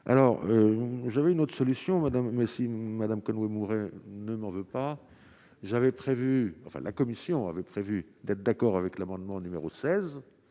alors j'avais une autre solution, madame. Madame Conway Mouret ne n'en veut pas, j'avais prévu, enfin, la commission avait prévu d'être d'accord avec l'amendement numéro 16